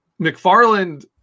McFarland